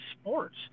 sports